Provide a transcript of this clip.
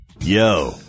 Yo